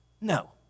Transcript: No